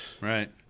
right